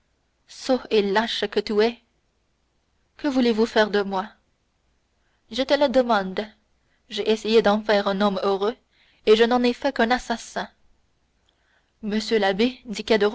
et lâche que tu es que voulez-vous faire de moi je te le demande j'ai essayé d'en faire un homme heureux et je n'en ai fait qu'un assassin monsieur l'abbé dit